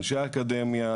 אנשי אקדמיה,